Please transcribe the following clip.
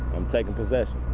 i'm taking possession,